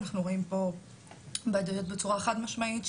אנחנו רואים פה בעדויות בצורה חד משמעית,